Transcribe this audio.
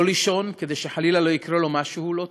לא לישון, כדי שחלילה לא יקרה משהו לא טוב?